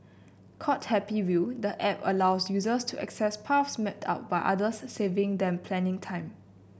called Happy Wheel the app allows users to access paths mapped out by others saving them planning time